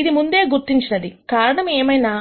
అది ముందే గుర్తించినది కారణము ఏమైనా